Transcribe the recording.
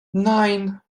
nine